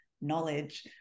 knowledge